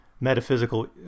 metaphysical